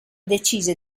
decise